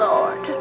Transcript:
Lord